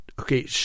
okay